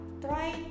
Try